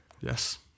yes